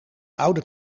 oude